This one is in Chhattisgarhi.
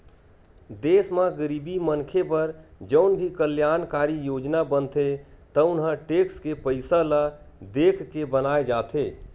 देस म गरीब मनखे बर जउन भी कल्यानकारी योजना बनथे तउन ह टेक्स के पइसा ल देखके बनाए जाथे